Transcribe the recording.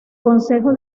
concejo